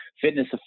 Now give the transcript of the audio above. fitness